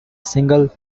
single